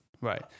Right